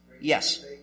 Yes